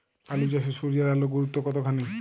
আলু চাষে সূর্যের আলোর গুরুত্ব কতখানি?